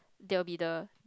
there will be the